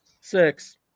Six